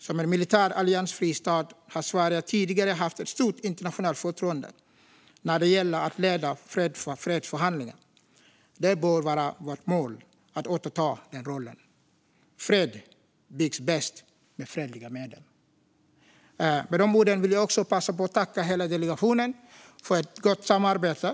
Som en militärt alliansfri stat har Sverige tidigare åtnjutit ett stort internationellt förtroende när det gällt att leda fredsförhandlingar. Det bör vara vårt mål att återta den rollen. Fred byggs bäst med fredliga medel. Med dessa ord vill jag passa på och tacka hela delegationen för ett gott samarbete.